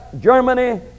Germany